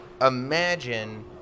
imagine